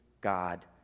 God